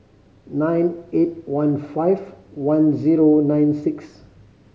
nine eight one five one zero nine six